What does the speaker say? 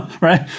right